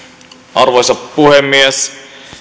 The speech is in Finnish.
arvoisa puhemies